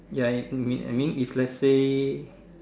ya it mean I mean if let's say